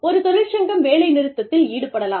ஒரு தொழிற்சங்கம் வேலை நிறுத்தத்தில் ஈடுபடலாம்